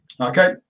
Okay